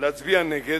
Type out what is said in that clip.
להצביע נגד,